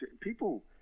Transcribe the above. people